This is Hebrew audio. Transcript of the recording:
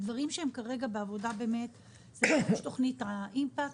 הדברים שכרגע בעבודה זה תוכנית האימפקט,